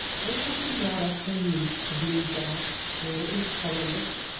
they have been brought up from youth to believe that air is colorless,